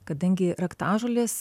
kadangi raktažolės